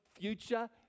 future